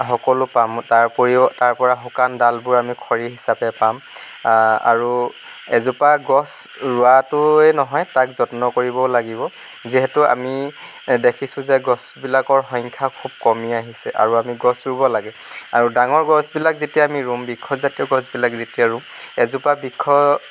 সকলো পাম তাৰ উপৰিও তাৰ পৰা শুকান ডালবোৰ আমি খৰি হিচাপে পাম আৰু এজোপা গছ ৰোৱাটোৱেই নহয় তাক যত্ন কৰিবও লাগিব যিহেতু আমি দেখিছোঁ যে গছবিলাকৰ সংখ্যা খুব কমি আহিছে আৰু আমি গছ ৰুব লাগে আৰু ডাঙৰ গছবিলাক যেতিয়া আমি ৰুম বৃক্ষজাতীয় গছবিলাক যেতিয়া ৰুম এজোপা বৃক্ষ